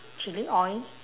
chilli oil